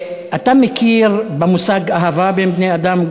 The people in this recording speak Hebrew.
אתה מכיר במושג אהבה בין בני-אדם,